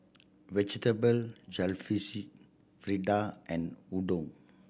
Vegetable Jalfrezi Fritada and Udon